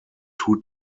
two